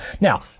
Now